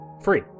free